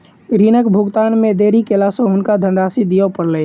ऋणक भुगतान मे देरी केला सॅ हुनका धनराशि दिअ पड़लैन